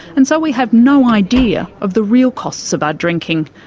and so we have no idea of the real costs of our drinking.